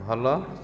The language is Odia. ଭଲ